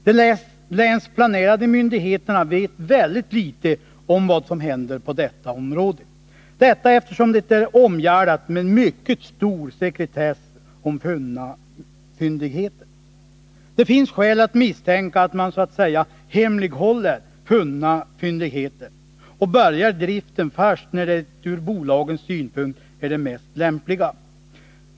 De länsplanerande myndigheterna vet mycket litet om vad som händer på detta område, eftersom upptäckta fyndigheter omgärdas med mycket stor sekretess. Det finns skäl att misstänka att man så att säga hemlighåller fyndigheter och börjar driften först när det ur bolagens synpunkt är mest lämpligt.